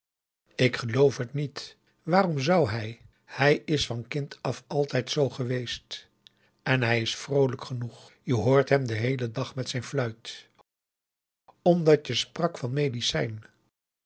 ik geloof t niet waarom zou hij hij is van kind af altijd zoo geweest en hij is vroolijk genoeg je hoort hem den heelen dag met zijn fluit omdat je sprak van medicijn